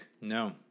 No